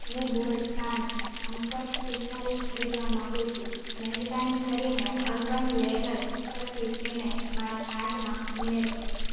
હું બોસ શાંત કમ્ફર્ટ પીસ્તાલીસ ખરીદવા માંગુ છું મહેરબાની કરીને અર્બન લેડર પરથી તેને મારા કાર્ટમાં ઉમેરો